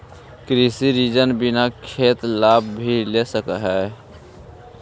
कृषि ऋण बिना खेत बाला भी ले सक है?